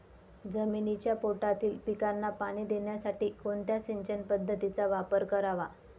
जमिनीच्या पोटातील पिकांना पाणी देण्यासाठी कोणत्या सिंचन पद्धतीचा वापर करावा?